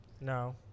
No